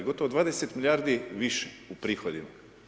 Gotovo 20 milijardi više u prihodima.